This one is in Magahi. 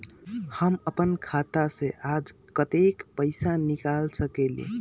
हम अपन खाता से आज कतेक पैसा निकाल सकेली?